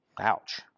Ouch